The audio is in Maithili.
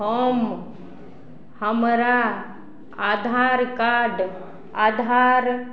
हम हमरा आधार कार्ड आधार